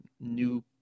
new